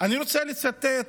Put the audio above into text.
אני רוצה לצטט,